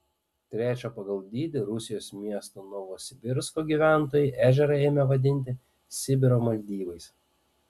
trečio pagal dydį rusijos miesto novosibirsko gyventojai ežerą ėmė vadinti sibiro maldyvais